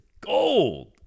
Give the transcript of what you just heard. gold